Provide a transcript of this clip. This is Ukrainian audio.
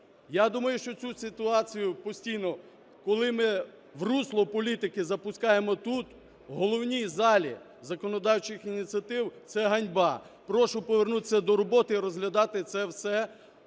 Я думаю, що цю ситуацію постійно коли ми в русло політики запускаємо тут, в головній залі законодавчих ініціатив, це ганьба. Прошу повернутися до роботи і розглядати це все